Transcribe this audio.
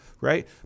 right